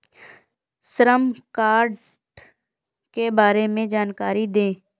श्रम कार्ड के बारे में जानकारी दें?